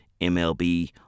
MLB